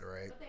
right